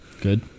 Good